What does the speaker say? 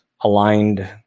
aligned